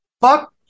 Fuck